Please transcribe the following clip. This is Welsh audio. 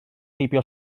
heibio